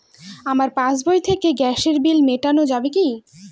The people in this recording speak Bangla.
আমার পাসবই থেকে গ্যাসের বিল মেটানো যাবে কি?